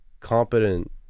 competent